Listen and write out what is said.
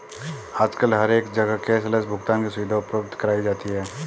आजकल हर एक जगह कैश लैस भुगतान की सुविधा उपलब्ध कराई जाती है